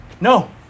no